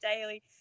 daily